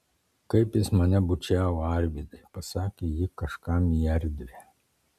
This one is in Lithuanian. kaip jis mane bučiavo arvydai pasakė ji kažkam į erdvę